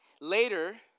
Later